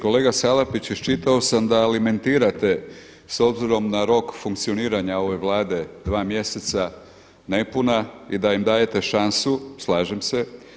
Kolega Salapić, iščitao sam da alimentirate s obzirom na rok funkcioniranja ove Vlade dva mjeseca nepuna i da im dajete šansu, slažem se.